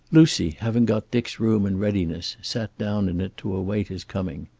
lucy, having got dick's room in readiness, sat down in it to await his coming.